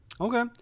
Okay